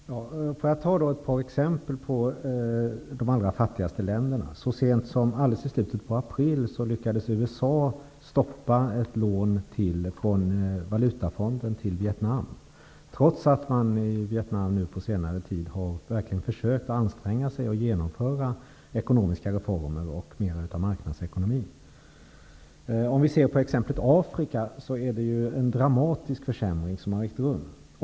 Herr talman! Låt mig ta upp ett par exempel på de allra fattigaste länderna. Så sent som alldeles i slutet av april lyckades USA stoppa ett lån från Valutafonden till Vietnam, trots att man i Vietnam på senare tid verkligen har försökt att anstränga sig för att genomföra ekonomiska reformer och införa mer av marknadsekonomi. Om vi ser på exemplet Afrika kan vi konstatera att det är en dramatisk försämring som har ägt rum.